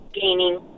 gaining